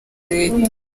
leta